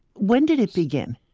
when did it begin?